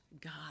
God